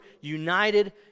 united